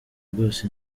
rwose